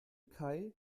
kai